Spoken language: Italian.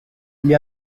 gli